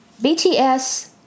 BTS